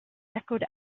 echoed